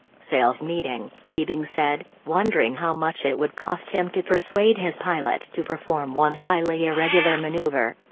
sales meeting, teabing said, wondering how much it would cost him to persuade his pilot to perform one highly irregular maneuver.